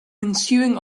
ensuing